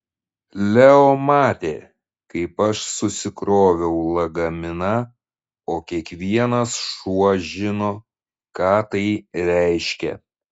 leo matė kaip aš susikroviau lagaminą o kiekvienas šuo žino ką tai reiškia